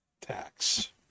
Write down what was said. tax